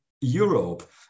Europe